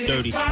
Dirty